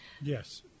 Yes